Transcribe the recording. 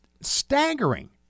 staggering